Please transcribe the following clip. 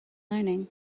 learning